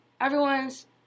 everyone's